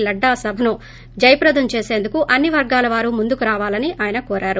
లడ్డా సభను జయప్రదం చేసేందుకు అన్ని వర్గాలవారు ముందుకు రావాలని ఆయన కోరారు